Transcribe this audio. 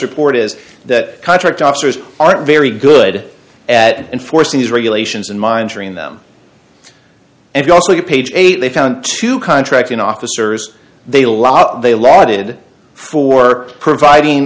report is that contract officers aren't very good at enforcing these regulations and mind sharing them and you also get page eight they found two contracting officers they lot they lauded for providing